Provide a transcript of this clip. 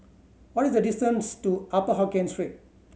what is the distance to Upper Hokkien Street